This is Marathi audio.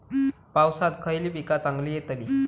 पावसात खयली पीका चांगली येतली?